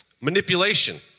Manipulation